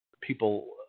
people